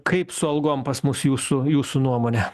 kaip su algom pas mus jūsų jūsų nuomone